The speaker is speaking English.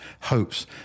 hopes